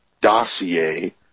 dossier